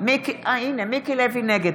נגד